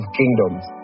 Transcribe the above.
kingdoms